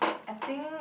I think